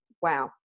wow